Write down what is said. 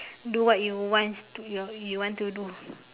do what you want to you you want to do